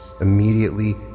immediately